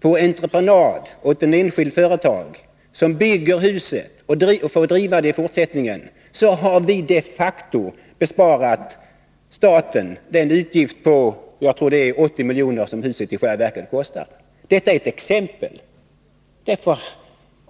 på entreprenad till ett enskilt företag som bygger huset och får driva det i fortsättningen, har vi de facto sparat den utgiften — jag tror att det är 80 milj.kr. som huset i själva verket kostar. Det är ett exempel.